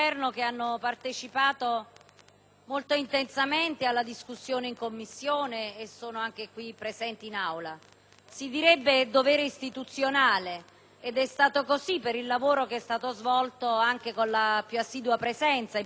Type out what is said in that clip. molto intensamente alla discussione in Commissione e sono presenti anche in Aula. Si direbbe dovere istituzionale; ed è stato così per il lavoro svolto in Commissione con la più assidua presenza, in particolare del ministro Calderoli;